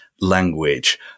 language